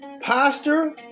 pastor